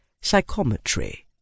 psychometry